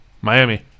Miami